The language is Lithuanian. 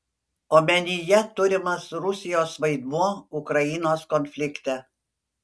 omenyje turimas rusijos vaidmuo ukrainos konflikte